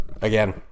again